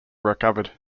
recovered